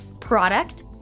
Product